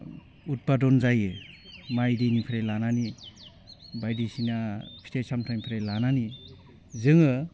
उतफादन जायो माइ दैनिफ्राय लानानै बायदिसिना फिथाइ सामथायनिफ्राय लानानै जोङो